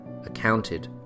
accounted